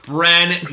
Brand